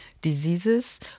Diseases